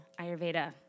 Ayurveda